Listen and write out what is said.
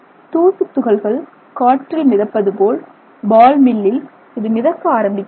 தூசு துகள்கள் காற்றில் மிதப்பது போல் பால் மில்லில் இது மிதக்க ஆரம்பிக்கிறது